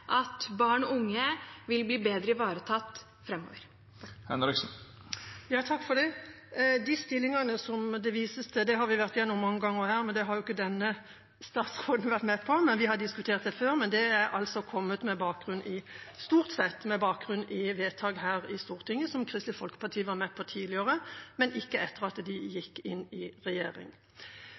at barn og unge vil bli bedre ivaretatt framover. De stillingene det vises til – det har vi vært gjennom mange ganger, men det har jo ikke denne statsråden vært med på – har vi diskutert før, og de har stort sett kommet med bakgrunn i vedtak her i Stortinget, som Kristelig Folkeparti var med på tidligere, men ikke etter at de gikk inn i regjering.